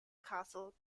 castle